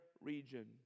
region